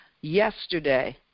yesterday